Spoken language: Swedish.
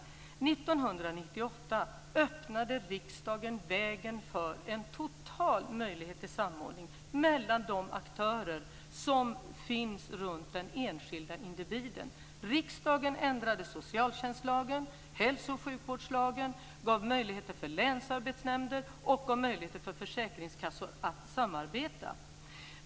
År 1998 öppnade riksdagen vägen för en total möjlighet till samordning mellan de aktörer som finns runt den enskilda individen. Riksdagen ändrade socialtjänstlagen och hälso och sjukvårdslagen och gav möjligheter för länsarbetsnämnder och försäkringskassor att samarbeta.